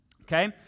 okay